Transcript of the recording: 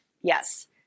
Yes